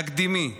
תקדימי,